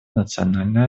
национальной